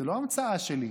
זאת לא המצאה שלי.